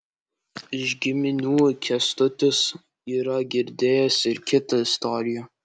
iš giminių kęstutis yra girdėjęs ir kitą istoriją